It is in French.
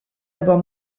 avoir